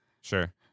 sure